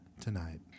tonight